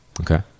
Okay